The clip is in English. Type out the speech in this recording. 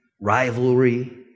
rivalry